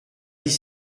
dix